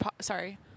sorry